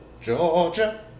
Georgia